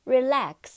Relax